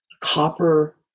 copper